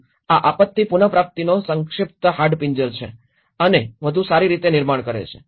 તેથી આ આપત્તિ પુન પ્રાપ્તિનો સંક્ષિપ્ત હાડપિંજર છે અને વધુ સારી રીતે નિર્માણ કરે છે